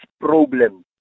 problem